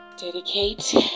dedicate